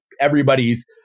Everybody's